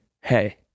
hey